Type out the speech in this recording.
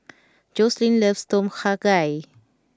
Joslyn loves Tom Kha Gai